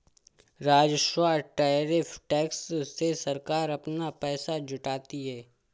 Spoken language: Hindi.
राजस्व टैरिफ टैक्स से सरकार अपना पैसा जुटाती है